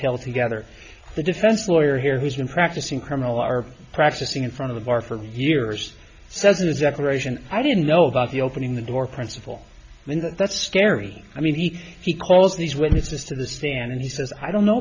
dovetail together the defense lawyer here who's been practicing criminal are practicing in front of the bar for years says exactly aeration i didn't know about the opening the door principle and that's scary i mean he he calls these witnesses to the stand and he says i don't know